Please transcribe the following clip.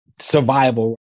survival